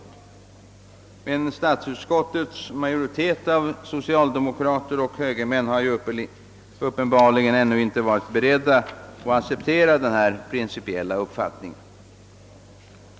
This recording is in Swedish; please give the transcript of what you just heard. Statsutskottets majoritet av socialdemokrater och högermän är emellertid uppenbarligen ännu inte beredd att acceptera denna principiella uppfattning.